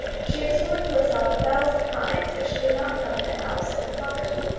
she had sworn to herself a thousand times that she would not covet the house and property.